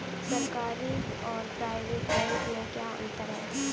सरकारी और private bank में क्या अंतर है?